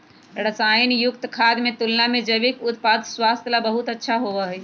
रसायन युक्त खाद्य के तुलना में जैविक उत्पाद स्वास्थ्य ला बहुत अच्छा होबा हई